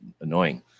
annoying